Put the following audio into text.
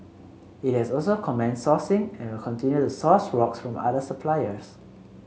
it has also commenced sourcing and will continue to source rocks from other suppliers